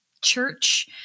church